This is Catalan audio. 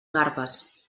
garbes